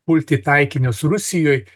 pulti taikinius rusijoj